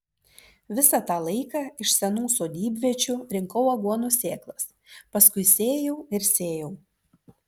visą tą laiką iš senų sodybviečių rinkau aguonų sėklas paskui sėjau ir sėjau